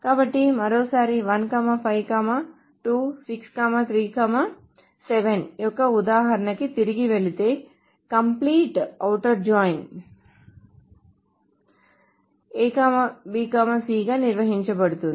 కాబట్టి మరోసారి 1 5 2 6 3 7 యొక్క ఉదాహరణకి తిరిగి వెళితే complete outer join A B C గా నిర్వచించబడుతుంది